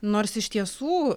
nors iš tiesų